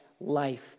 life